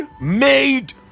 made